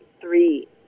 three